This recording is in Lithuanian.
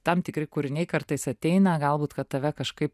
tam tikri kūriniai kartais ateina galbūt kad tave kažkaip